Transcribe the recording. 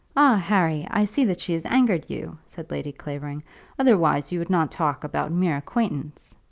ah, harry, i see that she has angered you, said lady clavering otherwise you would not talk about mere acquaintance.